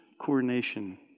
coronation